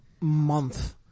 month